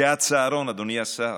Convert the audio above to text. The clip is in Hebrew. אדוני השר,